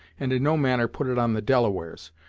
and in no manner put it on the delawares,